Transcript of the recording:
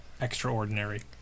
extraordinary